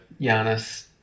Giannis